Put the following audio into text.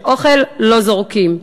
שאוכל לא זורקים.